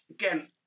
again